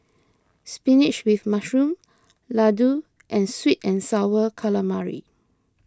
Spinach with Mushroom Laddu and Sweet and Sour Calamari